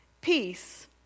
Peace